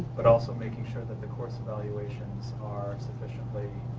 but also making sure that the course evaluations are efficiently